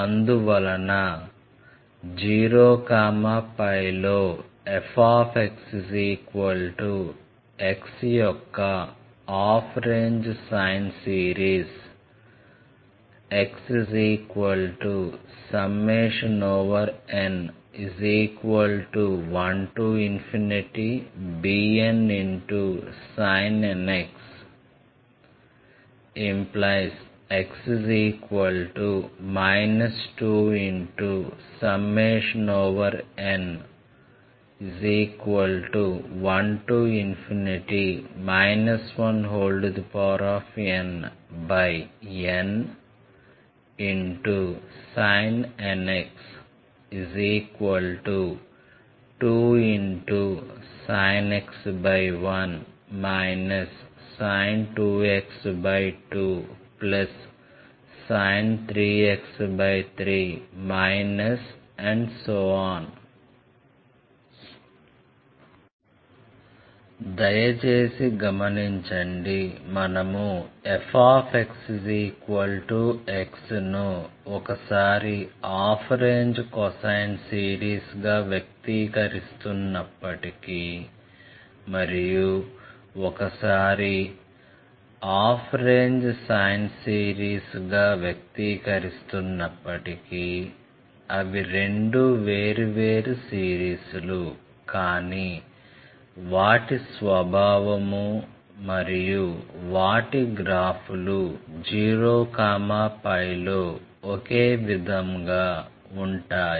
అందువలన 0 π లో fx x యొక్క half range sine series xn1bnsin nx ⇒x 2n1 1nnsin nx 2sin x 1 sin 2x 2sin 3x 3 దయచేసి గమనించండి మనము fx x ను ఒకసారి హాఫ్ రేంజ్ కొసైన్ సిరీస్గా వ్యక్తీకరిస్తున్నప్పటికీ మరియు ఒకసారి హాఫ్ రేంజ్ సైన్ సిరీస్గా వ్యక్తీకరిస్తున్నప్పటికీ అవి రెండు వేర్వేరు సిరీస్ లు కానీ వాటి స్వభావం మరియు వాటి గ్రాఫ్లు 0πలో ఒకే విధంగా ఉంటాయి